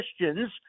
Christians